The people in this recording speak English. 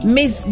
Miss